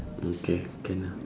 okay can ah